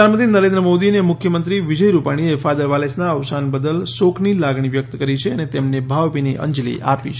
પ્રધાનમંત્રી નરેન્દ્ર મોદી અને મુખ્યમંત્રી વિજય રૂપાણી એ ફાધર વાલેસના અવસાન બદલ શોકની લાગણી વ્યકત કરી છે અને તેમને ભાવભીની અંજલિ આપી છે